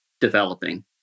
developing